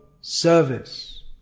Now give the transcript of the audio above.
service